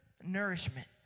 nourishment